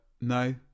no